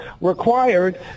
required